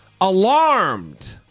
alarmed